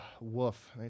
woof